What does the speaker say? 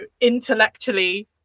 intellectually